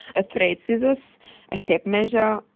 a thread scissors a tape measure,